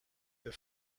the